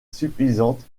suffisante